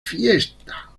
fiesta